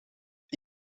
het